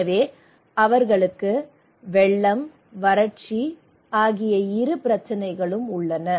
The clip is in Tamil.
எனவே அவர்களுக்கு வெள்ளம் மற்றும் வறட்சி ஆகிய இரு பிரச்சினைகளும் உள்ளன